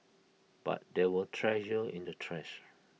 but there were treasure in the trash